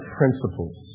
principles